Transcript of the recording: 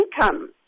income